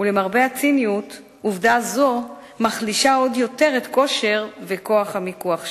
ולמרבה הציניות עובדה זו מחלישה עוד יותר את כושר וכוח המיקוח שלהם.